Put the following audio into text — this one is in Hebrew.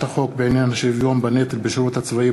החוק בעניין השוויון בנטל בשירות הצבאי,